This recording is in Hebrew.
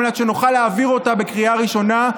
על מנת שנוכל להעביר אותה בקריאה הראשונה,